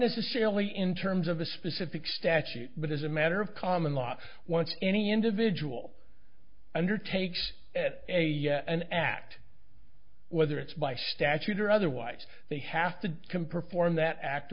necessarily in terms of a specific statute but as a matter of common law once any individual undertakes a an act whether it's by statute or otherwise they have to compare form that act